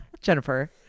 jennifer